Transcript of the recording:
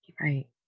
Right